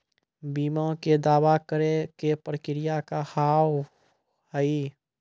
बीमा के दावा करे के प्रक्रिया का हाव हई?